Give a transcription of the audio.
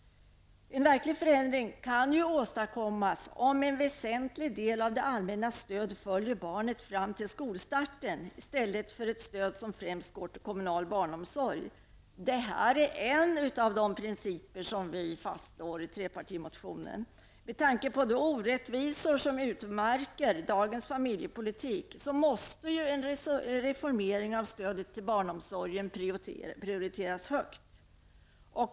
En verklig förändring kan åstadkommas om en väsentlig del av det allmännas stöd följer barnet fram till skolstarten, i stället för att vara ett stöd som främst går till kommunal barnomsorg. Detta är en av de principer som vi slår fast i trepartimotionen. Med tanke på de orättvisor som utmärker dagens familjepolitik måste en reformering av stödet till barnomsorgen prioriteras högt.